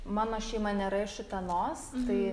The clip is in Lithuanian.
mano šeima nėra iš utenos tai